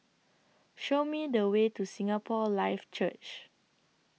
Show Me The Way to Singapore Life Church